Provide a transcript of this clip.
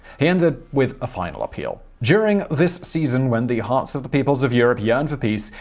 he ended with a final appeal during this season when the hearts of the peoples of europe yearn for peace.